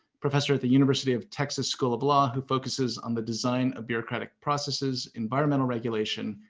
professor at the university of texas school of law, who focuses on the design of bureaucratic processes, environmental regulation,